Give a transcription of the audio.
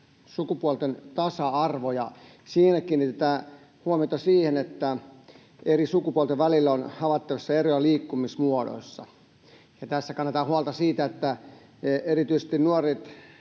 sukupuolten tasa-arvo. Siinä kiinnitetään huomiota siihen, että eri sukupuolten välillä on havaittavissa eroja liikkumismuodoissa. Tässä kannetaan huolta siitä, että erityisesti nuoret,